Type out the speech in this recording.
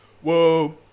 Whoa